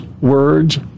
words